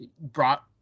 brought